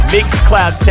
MixCloud